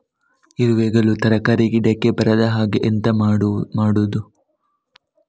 ಇರುವೆಗಳು ತರಕಾರಿ ಗಿಡಕ್ಕೆ ಬರದ ಹಾಗೆ ಎಂತ ಮಾಡುದು?